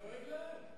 אתה דואג להם?